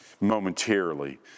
momentarily